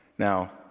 Now